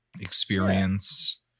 experience